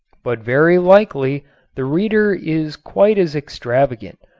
but very likely the reader is quite as extravagant,